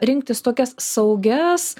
rinktis tokias saugias